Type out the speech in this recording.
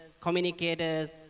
communicators